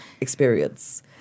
experience